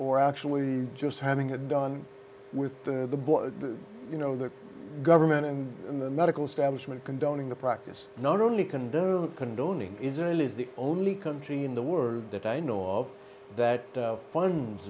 or actually just having it done with the you know the government and in the medical establishment condoning the practice not only condone condoning israel is the only country in the word that i know of that funds